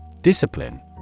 Discipline